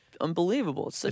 unbelievable